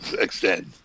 extend